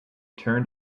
turned